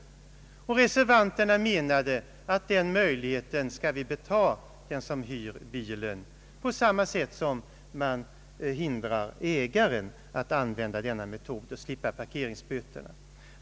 Reservanterna menar att den möjligheten skall betas den som hyr bilen, på samma sätt som man enligt propositionens förslag hindrar ägaren att använda denna metod för att slippa parkeringsböter.